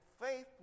Faith